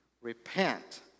Repent